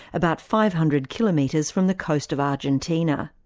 about five hundred kilometres from the coast of argentina.